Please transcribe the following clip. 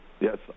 Yes